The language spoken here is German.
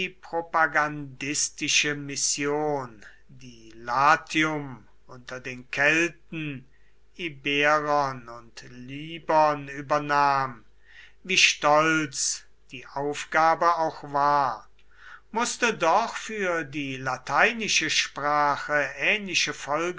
propagandistische mission die latium unter den kelten iberern und libyern übernahm wie stolz die aufgabe auch war mußte doch für die lateinische sprache ähnliche